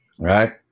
right